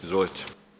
Izvolite.